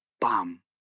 bam